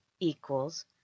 equals